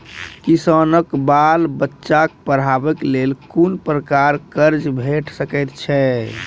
किसानक बाल बच्चाक पढ़वाक लेल कून प्रकारक कर्ज भेट सकैत अछि?